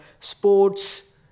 sports